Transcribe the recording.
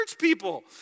people